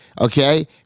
Okay